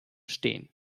stehen